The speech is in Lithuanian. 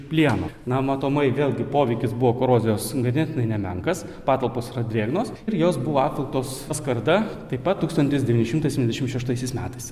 plieno na matomai vėlgi poveikis buvo korozijos ganėtinai nemenkas patalpos yra drėgnos ir jos buvo apvilktos skarda taip pat tūkstantis devyni šimtai septyniasdešimt šeštaisiais metais